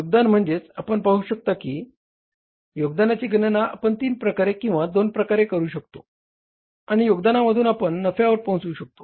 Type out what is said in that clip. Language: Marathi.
योगदान म्हणजे आपण पाहू शकता की योगदानाची गणना आपण तीन प्रकारे किंवा दोन प्रकारे करू शकतो आणि योगदानामधून आपण नफ्यावर पोहोचू शकतो